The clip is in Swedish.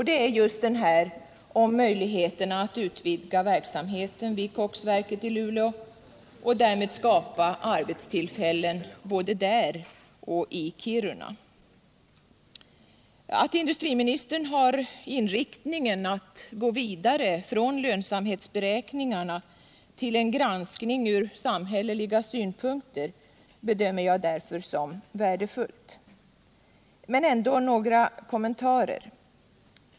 Det är just denna, om möjligheterna att utvidga verksamheten vid koksverket i Luleå och därmed skapa arbetstillfällen både där och i Kiruna. Att industriministern har inriktningen att gå vidare från lönsamhetsberäkningarna till en granskning ur samhälleliga synpunkter bedömer jag därför som värdefullt. Men ändå några kommentarer.